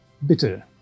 Bitte